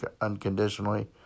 unconditionally